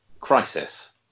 crisis